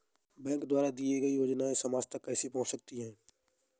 Bank द्वारा दिए गए योजनाएँ समाज तक कैसे पहुँच सकते हैं?